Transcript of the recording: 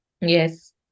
Yes